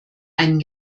einen